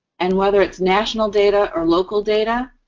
and whether it's national data or local data,